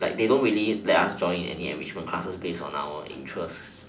like they don't really let us join any enrichment classes based on our interests